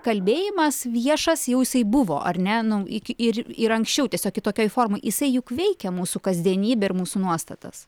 kalbėjimas viešas jau jisai buvo ar ne nu iki ir ir anksčiau tiesiog kitokioj formoj jisai juk veikė mūsų kasdienybę ir mūsų nuostatas